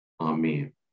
Amen